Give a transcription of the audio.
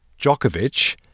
Djokovic